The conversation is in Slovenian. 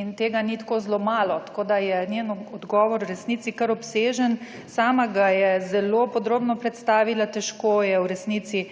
in tega ni tako zelo malo, tako da je njen odgovor v resnici kar obsežen. Sama ga je zelo podrobno predstavila. Težko je v resnici